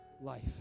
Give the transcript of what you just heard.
life